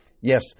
Yes